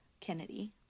Kennedy